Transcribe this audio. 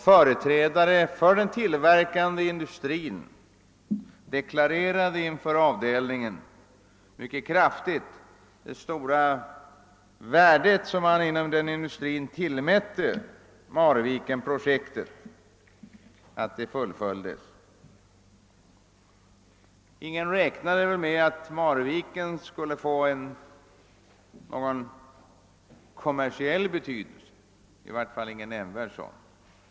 Företrädare för den tillverkande industrin deklarerade inom avdelningen med kraft det stora värde som de tillmätte att Marvikenprojektet fullföljdes. Ingen räknade väl med att Marviken skulle få någon kommersiell betydelse, i varje fall inte någon nämnvärd sådan.